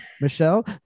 Michelle